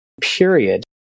period